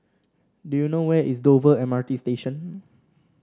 do you know where is Dover M R T Station